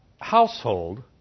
household